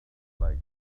like